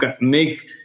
make